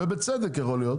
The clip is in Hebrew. ובצדק יכול להיות,